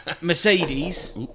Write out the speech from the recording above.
Mercedes